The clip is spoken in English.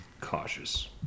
cautious